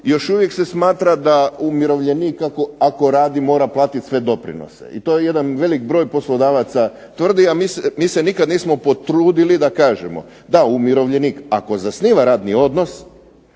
još uvijek se smatra da umirovljenik ako radi mora platiti sve doprinose. I to je jedan veliki broj poslodavaca tvrdi, a mi se nikad nismo potrudili da kažemo da umirovljenik ako zasniva radni odnos